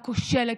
הכושלת,